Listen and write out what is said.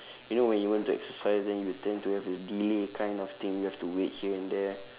you know when you want to exercise then you tend to have the delay kind of thing you have to wait here and there